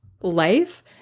life